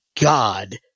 God